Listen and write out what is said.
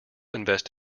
invest